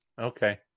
okay